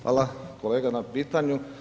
Hvala kolega na pitanju.